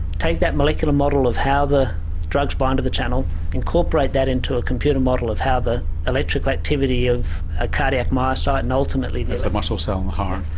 take that molecular model of how the drugs bind to the channel incorporate that into a computer model of how the electrical activity of a cardiomyocyte and ultimately. that's a muscle cell in the heart.